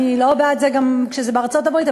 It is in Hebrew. אני לא בעד זה גם כשזה בארצות-הברית,